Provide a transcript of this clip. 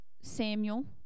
Samuel